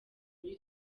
muri